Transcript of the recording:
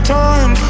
time